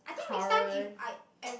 current